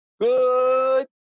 good